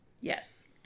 Yes